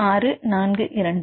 6 4 2